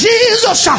Jesus